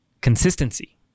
consistency